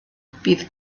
bydd